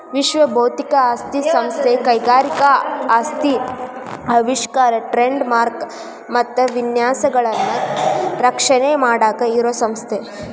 ವಿಶ್ವ ಬೌದ್ಧಿಕ ಆಸ್ತಿ ಸಂಸ್ಥೆ ಕೈಗಾರಿಕಾ ಆಸ್ತಿ ಆವಿಷ್ಕಾರ ಟ್ರೇಡ್ ಮಾರ್ಕ ಮತ್ತ ವಿನ್ಯಾಸಗಳನ್ನ ರಕ್ಷಣೆ ಮಾಡಾಕ ಇರೋ ಸಂಸ್ಥೆ